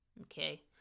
Okay